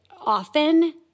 often